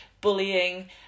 bullying